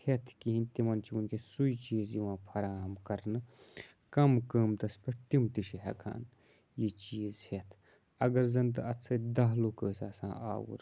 ہٮ۪تھ کِہیٖنۍ تِمَن چھِ وٕنکیٚس سُے چیٖز یِوان فراہم کَرنہٕ کَم قۭمتَس پٮ۪ٹھ تِم تہِ چھِ ہٮ۪کان یہِ چیٖز ہٮ۪تھ اگر زَن تہٕ اَتھ سۭتۍ دَہ لُکھ ٲسۍ آسان آوُر